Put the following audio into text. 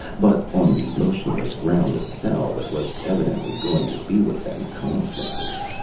but on the motionless ground of hell, it was evidently going to be with them constantly.